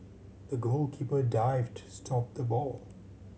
the goalkeeper dived to stop the ball